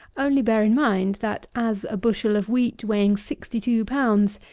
only bear in mind, that as a bushel of wheat, weighing sixty-two pounds,